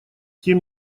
тем